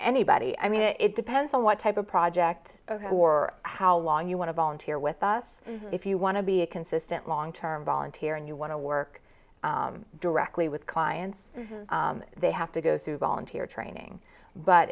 anybody i mean it depends on what type of project or how long you want to volunteer with us if you want to be a consistent long term volunteer and you want to work directly with clients they have to go through volunteer training but